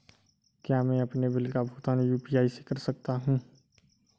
क्या मैं अपने बिल का भुगतान यू.पी.आई से कर सकता हूँ?